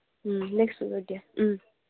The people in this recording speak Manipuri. ꯎꯝ ꯅꯦꯛꯁ ꯋꯤꯛ ꯑꯣꯏꯔꯗꯤ ꯎꯝ